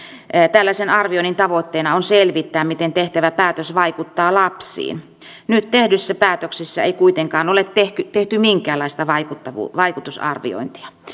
tällaisen arvioinnin tavoitteena on selvittää miten tehtävä päätös vaikuttaa lapsiin nyt tehdyssä päätöksessä ei kuitenkaan ole tehty tehty minkäänlaista vaikutusarviointia